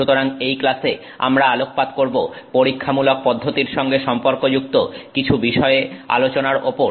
সুতরাং এই ক্লাসে আমরা আলোকপাত করব পরীক্ষামূলক পদ্ধতির সঙ্গে সম্পর্কযুক্ত কিছু বিষয়ে আলোচনার ওপর